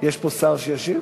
יש פה שר שישיב?